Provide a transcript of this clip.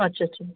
আচ্ছা আচ্ছা